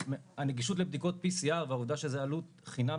הנגישות לבדיקות PCR והעובדה שזה עלות חינם